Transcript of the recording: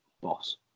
boss